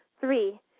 three